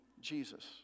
Jesus